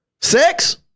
sex